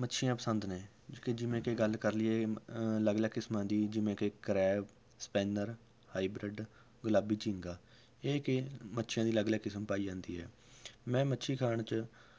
ਮੱਛੀਆਂ ਪਸੰਦ ਨੇ ਕ ਜਿਵੇਂ ਕਿ ਗੱਲ ਕਰ ਲਈਏ ਅਲੱਗ ਅਲੱਗ ਕਿਸਮਾਂ ਦੀ ਜਿਵੇਂ ਕਿ ਕਰੈਬ ਸਪੈਨਰ ਹਾਈਬ੍ਰਿਡ ਗੁਲਾਬੀ ਚਿੰਗਾ ਇਹ ਕਿ ਮੱਛੀਆਂ ਦੀ ਅਲੱਗ ਅਲੱਗ ਕਿਸਮ ਪਾਈ ਜਾਂਦੀ ਹੈ ਮੈਂ ਮੱਛੀ ਖਾਣ 'ਚ